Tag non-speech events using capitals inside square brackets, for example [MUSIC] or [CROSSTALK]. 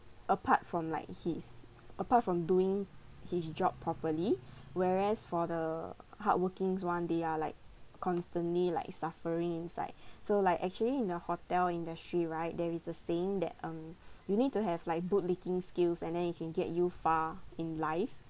apart from like his apart from doing his job properly [BREATH] whereas for the hardworking [one] they are like constantly like suffering inside [BREATH] so like actually in the hotel industry right there is a saying that um you need to have like bootlicking skills and then it can get you far in life